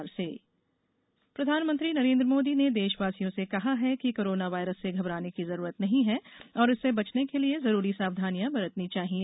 PM corona प्रधानमंत्री नरेंद्र मोदी ने देशवासियों से कहा है कि कोरोना वायरस से घबराने की जरूरत नहीं है और इससे बचने के लिए जरूरी सावधानियां बरतनी चाहिए